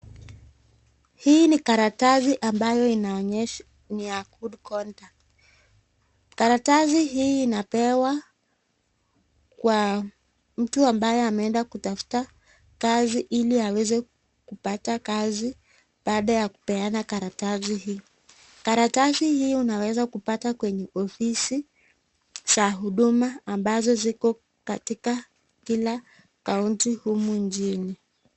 Hii ni karatasi ambayo inaonyesha ni ya good conduct . Karatasi hii inapewa kwa mtu ambaye ameenda kutafuta kazi ili aweze kupata kazi baada ya kupeana karatasi hii. Karatasi hii unaweza kupata kwenye ofisi za huduma ambazo ziko katika kila kaunti humu nchini.